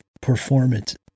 performance